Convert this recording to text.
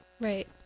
Right